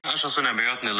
aš esu neabejotinai